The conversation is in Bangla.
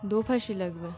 দোভাষী লাগবে